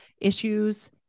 issues